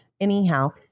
Anyhow